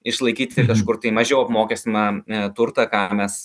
išlaikyti kažkur tai mažiau apmokestimą man turtą ką mes